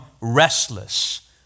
restless